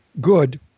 good